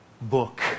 book